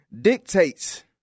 dictates